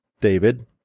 David